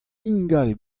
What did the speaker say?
ingal